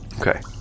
Okay